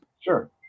Sure